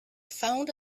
found